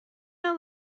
know